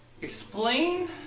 Explain